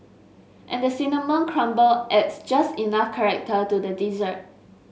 and the cinnamon crumble adds just enough character to the dessert